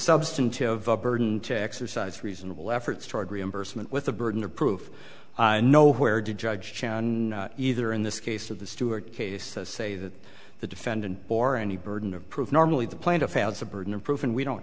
substantive burden to exercise reasonable efforts toward reimbursement with the burden of proof nowhere did judge show either in this case of the stewart case say that the defendant or any burden of proof normally the plaintiff has the burden of proof and we don't